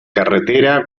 carretera